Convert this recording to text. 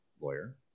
lawyer